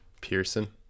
Pearson